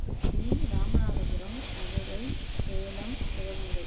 Thoothukudi Ramanathapuram Madurai Salem Sivaganga